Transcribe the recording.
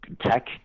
tech